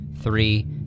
three